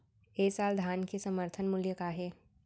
ए साल धान के समर्थन मूल्य का हे?